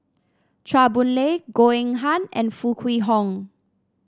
Chua Boon Lay Goh Eng Han and Foo Kwee Horng